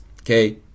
okay